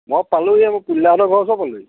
মই পালোহিয়ে মই পুলিনদাহঁতৰ ঘৰৰ ওচৰ পালোঁহি